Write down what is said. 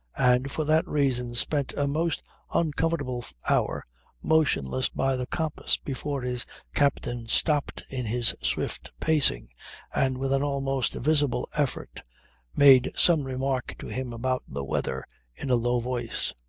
and for that reason spent a most uncomfortable hour motionless by the compass before his captain stopped in his swift pacing and with an almost visible effort made some remark to him about the weather in a low voice.